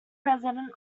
president